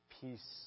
peace